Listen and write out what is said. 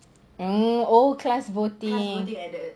um oh class voting